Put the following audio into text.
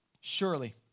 Surely